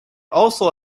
also